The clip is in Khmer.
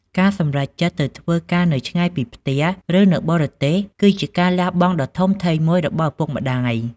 ការសម្រេចចិត្តទៅធ្វើការនៅឆ្ងាយពីផ្ទះ ឬនៅបរទេស គឺជាការលះបង់ដ៏ធំធេងមួយរបស់ឪពុកម្ដាយ។